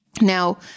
Now